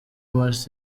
mars